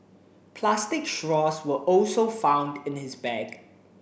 plastic straws were also found in his bag